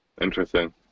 Interesting